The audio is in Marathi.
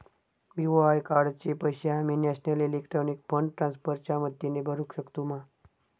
बी.ओ.आय कार्डाचे पैसे आम्ही नेशनल इलेक्ट्रॉनिक फंड ट्रान्स्फर च्या मदतीने भरुक शकतू मा?